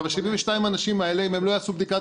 72 האנשים האלה אם הם לא יעשו בדיקת